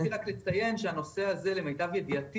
רציתי רק לציין שהנושא הזה למיטב ידיעתי